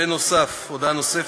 הודעה נוספת: